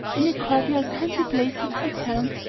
in a cordial, kindly place, like st. helen's,